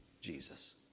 Jesus